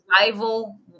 rival